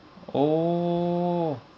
orh